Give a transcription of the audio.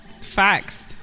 facts